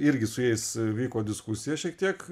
irgi su jais vyko diskusija šiek tiek